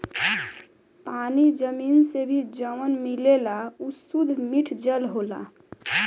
पानी जमीन से भी जवन मिलेला उ सुद्ध मिठ जल होला